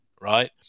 right